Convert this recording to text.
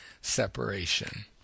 separation